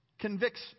convicts